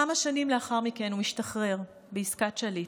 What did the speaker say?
כמה שנים לאחר מכן הוא השתחרר בעסקת שליט,